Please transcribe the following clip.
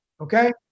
okay